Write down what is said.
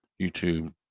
YouTube